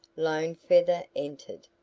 lone feather entered.